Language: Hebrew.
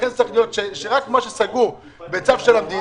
לכן זה צריך להיות שרק מה שסגור בצו של המדינה,